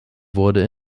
wurde